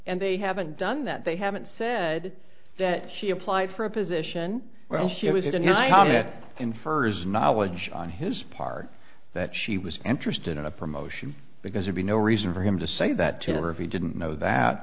and they haven't done that they haven't said that she applied for a position well she was it and i hope that infers knowledge on his part that she was interested in a promotion because you'd be no reason for him to say that to her if he didn't know that